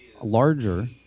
larger